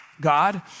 God